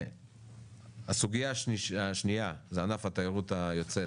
הסוגייה השנייה זה ענף התיירות היוצאת